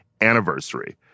anniversary